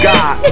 God